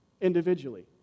individually